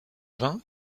vin